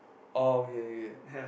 oh okay okay